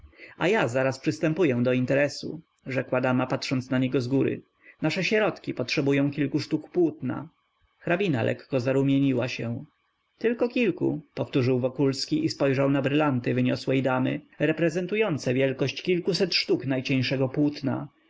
a ja zaraz przystępuję do interesu rzekła dama patrząc na niego zgóry nasze sierotki potrzebują kilku sztuk płótna hrabina lekko zarumieniła się tylko kilku powtórzył wokulski i spojrzał na brylanty wyniosłej damy reprezentujące wartość kilkuset sztuk najcieńszego płótna